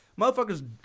motherfuckers